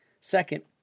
Second